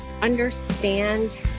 understand